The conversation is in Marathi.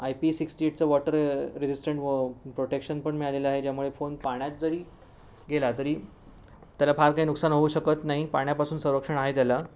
आय पी सिक्स्टी एटचा वॉटर रेझिस्टंट वॉ प्रोटेक्शन पण मिळालेलं आहे ज्यामुळे फोन पाण्यात जरी गेला तरी त्याला फार काही नुकसान होऊ शकत नाही पाण्यापासून संरक्षण आहे त्याला